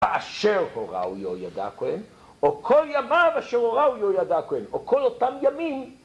באשר הוראו יהוידע הכהן, או כל ימיו אשר הוראו יהוידע הכהן, או כל אותם ימים,